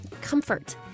comfort